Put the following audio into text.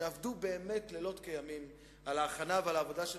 שעבדו לילות כימים על ההכנה ועל העבודה של